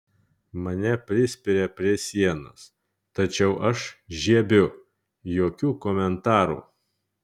mane prispiria prie sienos tačiau aš žiebiu jokių komentarų